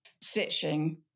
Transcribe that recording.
stitching